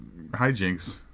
hijinks